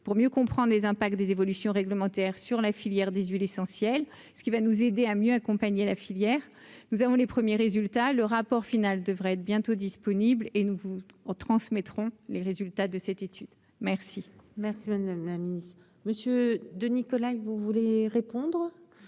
pour mieux comprendre les impacts des évolutions réglementaires sur la filière dix-huit l'essentiel, ce qui va nous aider à mieux accompagner la filière : nous avons les premiers résultats, le rapport final devrait être bientôt disponible et nous vous transmettrons les résultats de cette étude, merci. Merci madame mamie monsieur de Nicolas que vous voulez. Contre